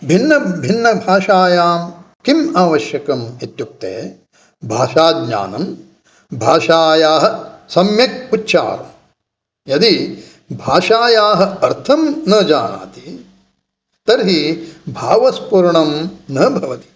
भिन्न भिन्नभाषायां किम् आवश्यकम् इत्युक्ते भाषाज्ञानं भाषायाः सम्यक् उच्चारणम् यदि भाषायाः अर्थं न जानाति तर्हि भावस्फूर्णं न भवति